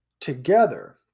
Together